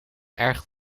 erg